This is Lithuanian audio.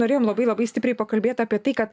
norėjom labai labai stipriai pakalbėt apie tai kad